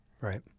Right